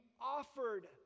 offered